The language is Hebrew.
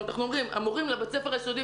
זאת אומרת: המורים בבתי הספר היסודיים